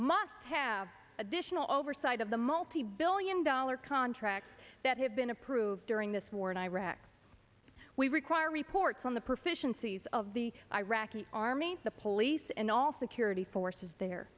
must have additional oversight of the multibillion dollar contracts that have been approved during this war in iraq we require reports on the proficiency as of the iraqi army the police and all security forces there